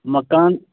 مکان